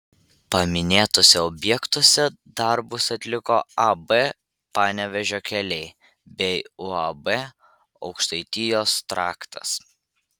paminėtuose objektuose darbus atliko ab panevėžio keliai bei uab aukštaitijos traktas